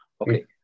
Okay